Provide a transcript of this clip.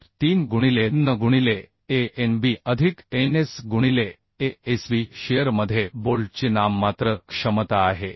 route 3 गुणिले nn गुणिले Anb अधिक ns गुणिले ASb ही शिअर मध्ये बोल्टची नाममात्र क्षमता आहे